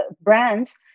brands